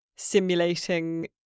simulating